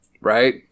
right